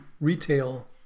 retail